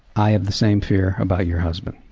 i have the same fear about your husband.